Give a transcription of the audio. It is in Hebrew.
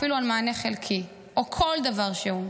אפילו על מענה חלקי או כל דבר שהוא,